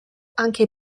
anche